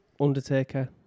Undertaker